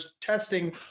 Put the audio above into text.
testing